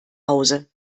hause